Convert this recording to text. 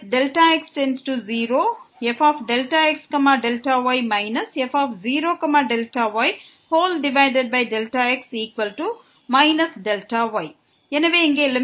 fx0ΔyfΔxΔy f0ΔyΔx Δy எனவே இங்கே Δx→0